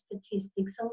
statistics